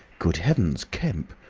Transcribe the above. good heavens kemp!